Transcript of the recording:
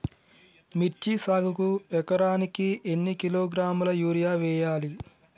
మిర్చి సాగుకు ఎకరానికి ఎన్ని కిలోగ్రాముల యూరియా వేయాలి?